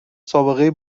سابقه